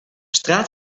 straat